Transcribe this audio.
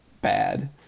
bad